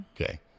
Okay